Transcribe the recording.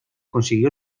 consiguió